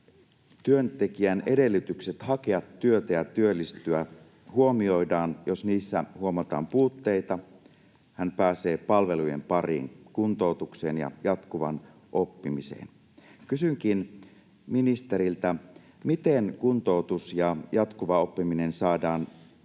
työntekijän edellytykset hakea työtä ja työllistyä huomioidaan. Jos niissä huomataan puutteita, hän pääsee palvelujen pariin, kuntoutukseen ja jatkuvaan oppimiseen. Kysynkin ministeriltä: miten kuntoutus ja jatkuva oppiminen saadaan